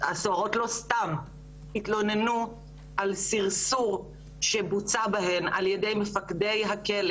הסוהרות לא סתם התלוננו על סרסור שבוצע בהן על ידי מפקדי הכלא